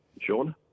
Sean